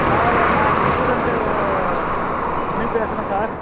sir நான் உங்கள் student Muni பேசுகிறன் சார்